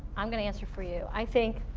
i'm going to answer for you. i think,